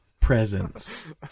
presents